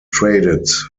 traded